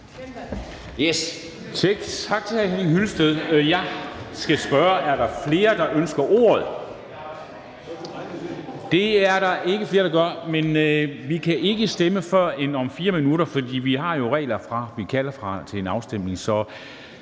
hr. Henning Hyllested. Jeg skal spørge: Er der flere, der ønsker ordet? Det er der ikke, men vi kan ikke stemme før om 4 minutter, for vi har jo regler om, hvor lang tid der skal